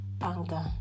anger